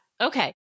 Okay